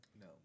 No